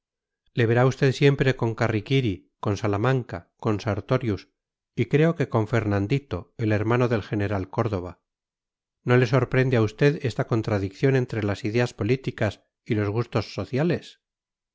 le verá usted siempre con carriquiri con salamanca con sartorius y creo que con fernandito el hermano del general córdoba no le sorprende a usted esta contradicción entre las ideas políticas y los gustos sociales